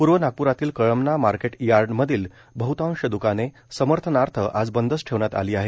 पूर्व नागपूरातील कळमना मार्केटयार्डमधील बहतांश दकाने समर्थनार्थ आज बंदच ठेवण्यात आली आहेत